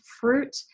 fruit